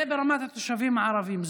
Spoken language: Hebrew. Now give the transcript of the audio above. זה ברמת התושבים הערבים.